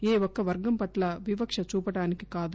ఏ ఒక్క వర్గం పట్ల వివక్ష చూపడానికి కాదు